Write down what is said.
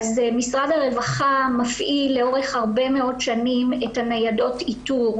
משרד הרווחה מפעיל לאורך הרבה מאוד שנים את ניידות האיתור,